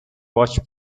watch